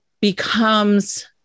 becomes